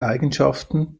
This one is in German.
eigenschaften